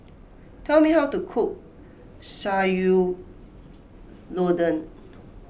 tell me how to cook Sayur Lodeh